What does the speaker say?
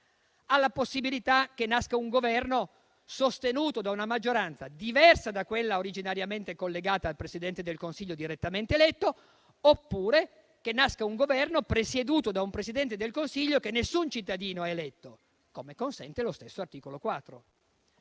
alla possibilità che nasca un Governo sostenuto da una maggioranza diversa da quella originariamente collegata al Presidente del Consiglio direttamente eletto oppure che nasca un Governo presieduto da un Presidente del Consiglio che nessun cittadino ha eletto, come consente lo stesso articolo 4.